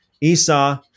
Esau